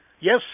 Yes